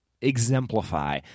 exemplify